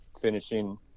finishing